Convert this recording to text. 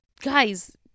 guys